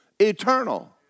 Eternal